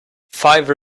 five